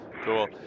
Cool